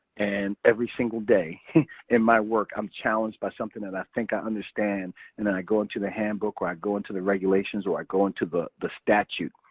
and every single day at my work i'm challenged by something that i think i understand. and and i go into the handbook or i go into the regulations, or i go into the the statute,